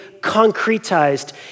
concretized